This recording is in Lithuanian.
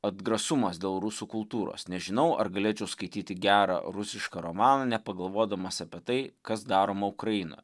atgrasumas dėl rusų kultūros nežinau ar galėčiau skaityti gerą rusišką romaną nepagalvodamas apie tai kas daroma ukrainoj